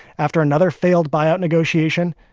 after another failed buyout negotiation,